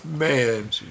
Man